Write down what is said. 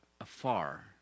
afar